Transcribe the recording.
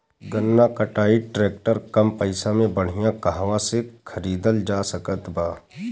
गन्ना कटाई ट्रैक्टर कम पैसे में बढ़िया कहवा से खरिदल जा सकत बा?